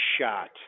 shot